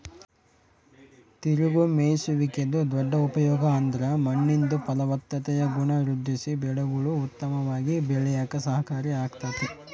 ತಿರುಗೋ ಮೇಯ್ಸುವಿಕೆದು ದೊಡ್ಡ ಉಪಯೋಗ ಅಂದ್ರ ಮಣ್ಣಿಂದು ಫಲವತ್ತತೆಯ ಗುಣ ವೃದ್ಧಿಸಿ ಬೆಳೆಗುಳು ಉತ್ತಮವಾಗಿ ಬೆಳ್ಯೇಕ ಸಹಕಾರಿ ಆಗ್ತತೆ